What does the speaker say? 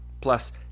Plus